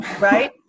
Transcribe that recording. Right